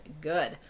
good